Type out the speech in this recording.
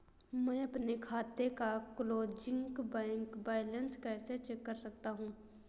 मैं अपने खाते का क्लोजिंग बैंक बैलेंस कैसे चेक कर सकता हूँ?